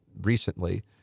recently